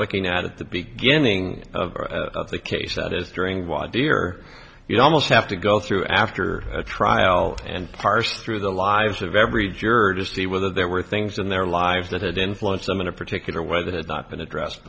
looking at the beginning of the case that is during why dear you'd almost have to go through after a trial and parse through the lives of every juror to see whether there were things in their lives that influence them in a particular way that not been addressed